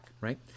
right